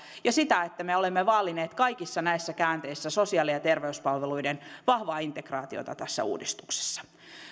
ja sitä että me olemme vaalineet kaikissa näissä käänteissä sosiaali ja terveyspalveluiden vahvaa integraatiota tässä uudistuksessa